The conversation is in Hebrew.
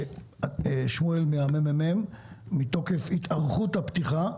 שמואל מהממ"מ, מתוקף התארכות הפתיחה,